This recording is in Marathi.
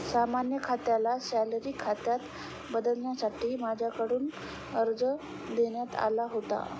सामान्य खात्याला सॅलरी खात्यात बदलण्यासाठी माझ्याकडून अर्ज देण्यात आला होता